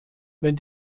wenn